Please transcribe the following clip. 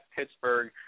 Pittsburgh